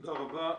תודה רבה.